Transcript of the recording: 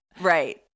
Right